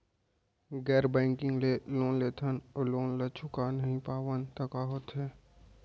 गैर बैंकिंग ले लोन लेथन अऊ लोन ल चुका नहीं पावन त का होथे?